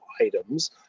items